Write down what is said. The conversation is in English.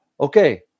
okay